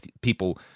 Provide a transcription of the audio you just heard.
people